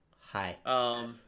hi